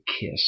Kiss